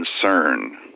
concern